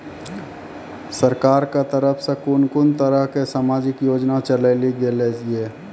सरकारक तरफ सॅ कून कून तरहक समाजिक योजना चलेली गेलै ये?